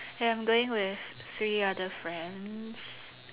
ya I'm going with three other friends